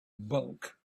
bulk